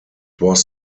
was